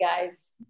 guys